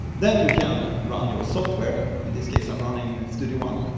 then you can run your software, in this case i'm running studio one